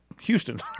Houston